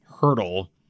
hurdle